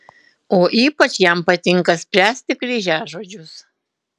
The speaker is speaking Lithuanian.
o ypač jam patinka spręsti kryžiažodžius